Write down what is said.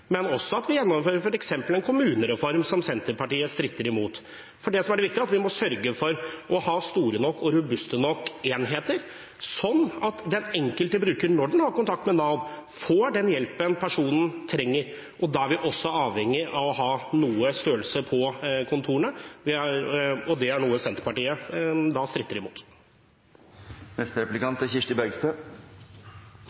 men også at vi gjennomfører f.eks. en kommunereform, som Senterpartiet stritter imot. Det som er det viktige, er at vi må sørge for å ha store nok og robuste nok enheter, sånn at den enkelte bruker, når den har kontakt med Nav, får den hjelpen personen trenger. Da er vi også avhengig av å ha noe størrelse på kontorene, og det er noe Senterpartiet da stritter